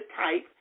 type